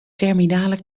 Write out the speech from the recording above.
terminale